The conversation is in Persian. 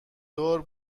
دار